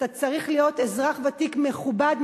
אתה צריך להיות אזרח ותיק מכובד,